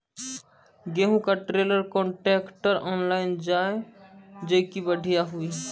गेहूँ का trailer contractor online जाए जैकी बढ़िया हुआ